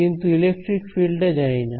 কিন্তু electric field টা জানিনা